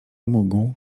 mógł